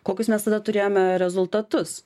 kokius mes tada turėjome rezultatus